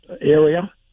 area